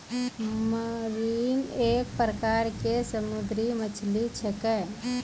marine एक प्रकार के समुद्री मछली छेकै